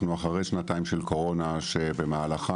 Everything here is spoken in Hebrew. אנחנו אחרי שנתיים של קורונה שבמהלכן